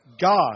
God